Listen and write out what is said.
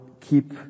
keep